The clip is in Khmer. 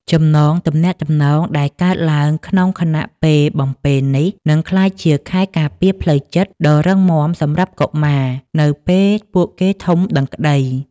ចំណងទាក់ទងដែលកើតឡើងក្នុងខណៈពេលបំពេនេះ នឹងក្លាយជាខែលការពារផ្លូវចិត្តដ៏រឹងមាំសម្រាប់កុមារនៅពេលពួកគេធំដឹងក្តី